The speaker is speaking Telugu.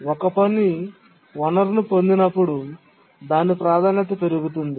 ఒక పని వనరును పొందినప్పుడు దాని ప్రాధాన్యత పెరుగుతుంది